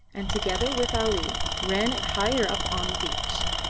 and together with ali ran it higher up on the beach.